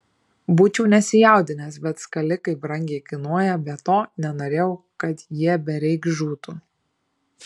būčiau nesijaudinęs bet skalikai brangiai kainuoja be to nenorėjau kad jie bereik žūtų